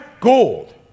gold